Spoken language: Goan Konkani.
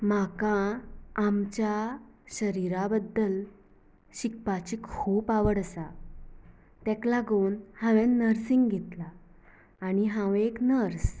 म्हाका आमच्या शरिरा बद्दल शिकपाची खूब आवड आसा ताका लागून हांवें नर्सींग घेतलां आनी हांव एक नर्स